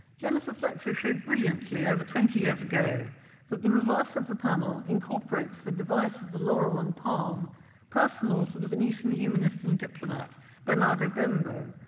jennifer fletcher showed brilliantly over twenty years ago that the reverse of the panel incorporates the device of the laurel and palm personal to the venetian humanist and diplomat bernardo bembo,